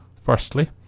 Firstly